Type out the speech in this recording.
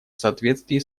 соответствии